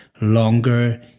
longer